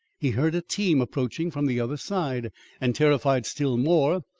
he heard a team approaching from the other side and, terrified still more,